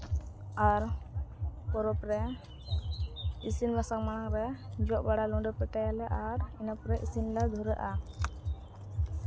ᱟᱨ ᱯᱚᱨᱚᱵᱽ ᱨᱮ ᱤᱥᱤᱱ ᱵᱟᱥᱟᱝ ᱢᱟᱲᱟᱝ ᱨᱮ ᱡᱚᱜ ᱵᱟᱲᱟ ᱞᱩᱰᱟᱹ ᱯᱚᱛᱟᱭᱟᱞᱮ ᱟᱨ ᱤᱱᱟᱹ ᱯᱚᱨᱮ ᱤᱥᱤᱱ ᱞᱮ ᱫᱷᱩᱨᱟᱹᱜᱼᱟ